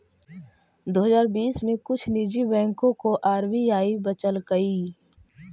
दो हजार बीस में कुछ निजी बैंकों को आर.बी.आई बचलकइ